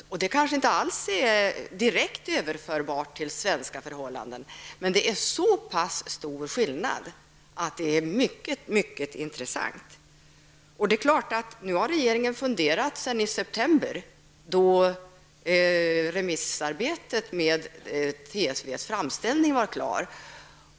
Resultaten är kanske inte alls direkt överförbara till svenska förhållanden, men skillnaden är så pass stor att den är mycket intressant. Nu har regeringen funderat sedan i september då remissarbetet med TSVs framställning blev klart.